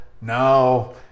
no